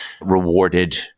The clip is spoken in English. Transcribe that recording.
rewarded